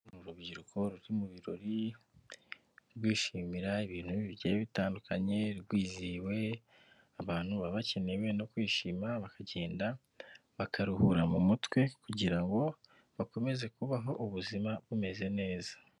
Urubyiruko ruri mu birori rwishimira ibintu bitandukanye rwizihiwe, abantu baba bakeneye no kwishima bakagenda bakaruhura mu mutwe kugira ngo bakomeze kubaho ubuzima bumeze neza.